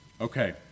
Okay